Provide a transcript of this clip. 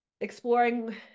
exploring